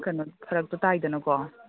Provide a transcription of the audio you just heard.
ꯀꯩꯅꯣ ꯐꯔꯛꯇꯨ ꯇꯥꯏꯗꯅꯀꯣ